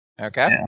Okay